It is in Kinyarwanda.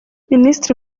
minisitiri